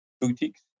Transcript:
boutiques